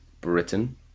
Britain